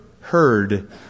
heard